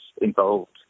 involved